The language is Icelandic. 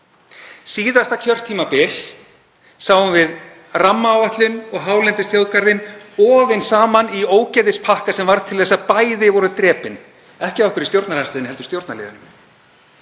Síðasta kjörtímabil sáum við rammaáætlun og hálendisþjóðgarðinn ofin saman í ógeðspakka sem varð til þess að bæði voru drepin, ekki af okkur í stjórnarandstöðunni heldur af stjórnarliðunum.